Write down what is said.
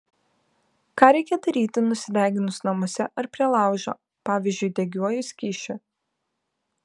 ką reikia daryti nusideginus namuose ar prie laužo pavyzdžiui degiuoju skysčiu